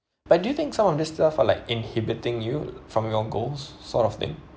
but do you think some of this stuff are like inhibiting you from your goals sort of thing